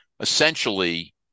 essentially